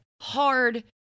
hard